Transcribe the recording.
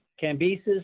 Cambyses